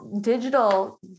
digital